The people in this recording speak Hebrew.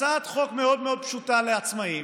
הצעת חוק מאוד פשוטה לעצמאים,